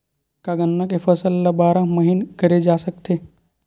का गन्ना के फसल ल बारह महीन करे जा सकथे?